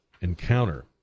encounter